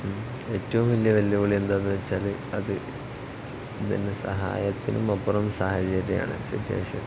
ഏറ്റവും വലിയ വെല്ലുവിളി എന്താണെന്ന് വെച്ചാൽ അത് ഇത് തന്നെ സഹായത്തിനും അപ്പുറം സാഹചര്യമാണ് സിറ്റുവേഷൻ